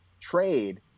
trade